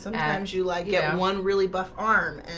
sometimes you like. yeah one really buff arm.